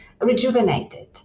rejuvenated